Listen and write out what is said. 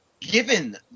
given